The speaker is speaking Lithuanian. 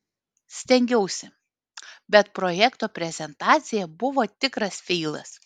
stengiausi bet projekto prezentacija buvo tikras feilas